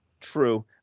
True